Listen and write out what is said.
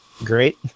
Great